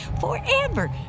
forever